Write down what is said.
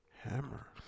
hammer